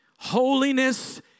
Holiness